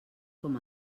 com